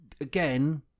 again